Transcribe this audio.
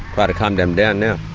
try to calm them down now.